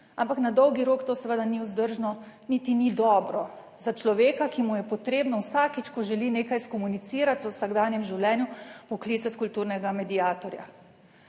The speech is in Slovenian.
ampak na dolgi rok to seveda ni vzdržno, niti ni dobro za človeka, ki mu je potrebno vsakič, ko želi nekaj skomunicirati v vsakdanjem življenju, poklicati kulturnega mediatorja.